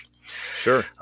Sure